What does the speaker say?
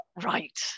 Right